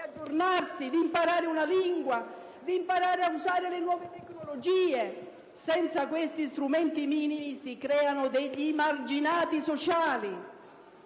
aggiornarsi, di imparare una lingua ad usare le nuove tecnologie. Senza questi strumenti minimi si creano degli emarginati sociali.